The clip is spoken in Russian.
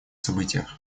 событиях